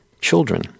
children